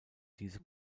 diese